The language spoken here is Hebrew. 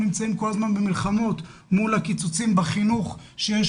אנחנו נמצאים כל הזמן במלחמות מול הקיצוצים שיש